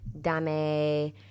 dame